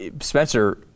Spencer